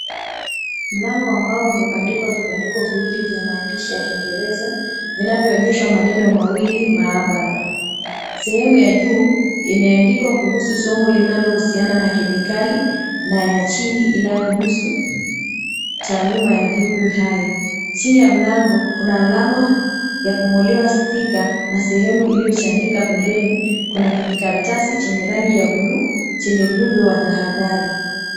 Mlango ambao umebandikwa vibandiko viwili vya maandishi ya kiingereza vinavyoonyesha maneno mawili maabara. Sehemu ya juu imeandikwa kuhusu somo linalohusiana na kemikali na ya chini inayohusu taaluma ya viumbe hai. Chini ya mlango kuna alama ya kung'olewa stika na sehemu iliyochanika pembeni kuna kijikaratasi chenye rangi ya buluu chenye ujumbe wa tahadhari.